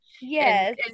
Yes